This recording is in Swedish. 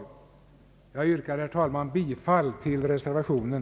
Jag yrkar, herr talman, bifall till reservationen.